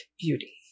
beauty